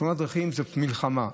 תאונות דרכים זה מלחמה,